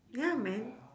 ya man